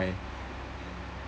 why